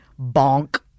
bonk